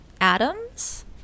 atoms